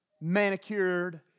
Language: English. manicured